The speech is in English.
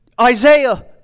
Isaiah